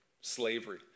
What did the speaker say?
Slavery